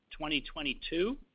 2022